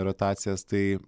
rotacijos tai